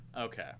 Okay